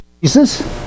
Jesus